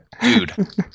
Dude